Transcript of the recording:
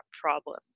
problem